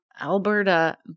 Alberta